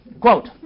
quote